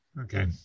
Okay